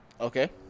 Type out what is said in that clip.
Okay